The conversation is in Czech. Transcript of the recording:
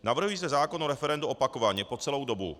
Navrhuji zde zákon o referendu opakovaně po celou dobu.